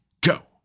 go